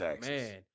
man